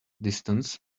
distance